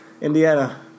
Indiana